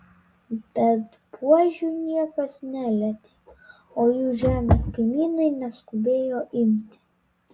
bet buožių niekas nelietė o jų žemės kaimynai neskubėjo imti